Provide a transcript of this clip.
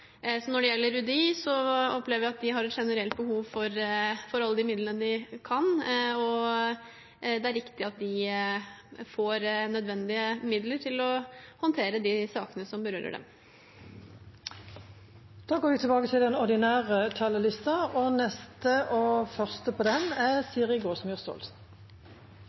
Når det gjelder UDI, opplever jeg at de har et generelt behov for alle de midlene de kan få, og det er riktig at de får nødvendige midler til å håndtere de sakene som berører dem. Replikkordskiftet er omme. Ingen politisk oppgave er viktigere enn å skaffe folk jobb. Arbeid er